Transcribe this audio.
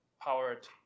powered